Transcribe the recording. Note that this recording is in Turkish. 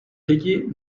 peki